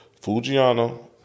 Fujiano